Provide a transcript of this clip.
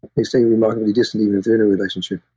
they stay remarkably distant even if they're in a relationship.